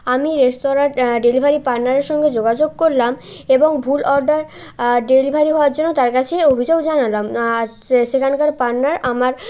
আমি restaurant delivery পার্টনারের সঙ্গে যোগাযোগ করলাম এবং ভুল অর্ডার ডেলিভারি হওয়ার জন্য তার কাছে অভিযোগ জানালাম আর সেখানকার পার্টনার আমার